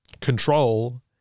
control